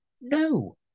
no